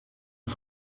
een